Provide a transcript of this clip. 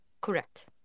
Correct